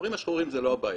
הדברים השחורים זה לא הבעיה,